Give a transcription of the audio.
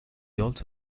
also